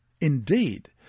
Indeed